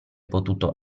potuto